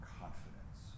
confidence